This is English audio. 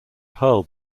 hurled